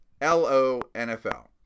L-O-N-F-L